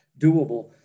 doable